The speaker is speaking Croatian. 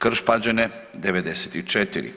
Krš Pađene 94.